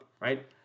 right